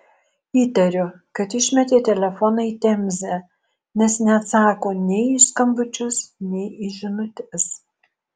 įtariu kad išmetė telefoną į temzę nes neatsako nei į skambučius nei į žinutes